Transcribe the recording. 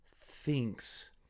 thinks